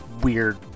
weird